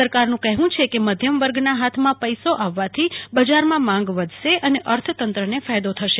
સરકારનું કહેવું છે કે મધ્યમ વર્ગના હાથમાં પૈસા આવવાથી બજારમાં માંગ વધશે અને અર્થતંત્રને ફાયદો થશે